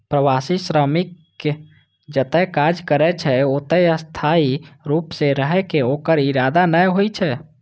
प्रवासी श्रमिक जतय काज करै छै, ओतय स्थायी रूप सं रहै के ओकर इरादा नै होइ छै